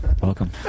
welcome